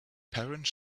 parents